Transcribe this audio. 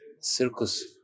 circus